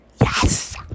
Yes